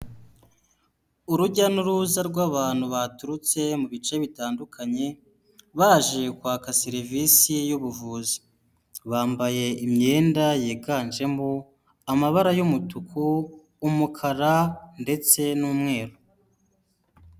Urujya n'uruza rw'abantu baturutse mu bice bitandukanye, baje kwaka serivisi y'ubuvuzi. Bambaye imyenda yiganjemo amabara y'umutuku ,umukara ndetse n'umweru.